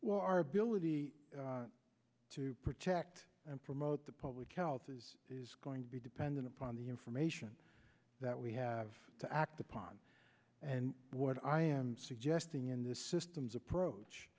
well our ability to protect and promote the public health is going to be dependent upon the information that we have to act upon and what i am suggesting in the systems approach